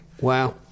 Wow